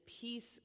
peace